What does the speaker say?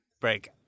break